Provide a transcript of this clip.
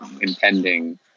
impending